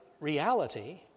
reality